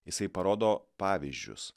jisai parodo pavyzdžius